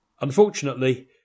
Unfortunately